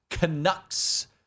Canucks